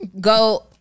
Go